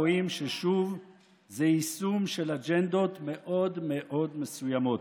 רואים ששוב זה יישום של אג'נדות מאוד מסוימות.